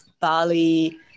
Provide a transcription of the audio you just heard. Bali